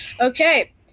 Okay